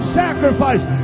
sacrifice